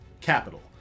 capital